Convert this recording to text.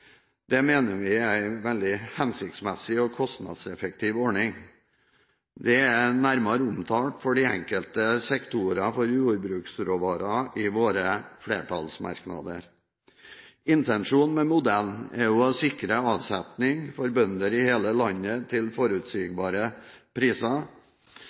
Vi mener det er en meget hensiktsmessig og kostnadseffektiv ordning. Dette er nærmere omtalt i våre flertallsmerknader til de enkelte sektorer for jordbruksråvarer. Intensjonen med modellen er å sikre avsetning av produkter fra bønder i hele landet til forutsigbare priser